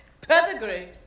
Pedigree